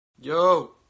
Yo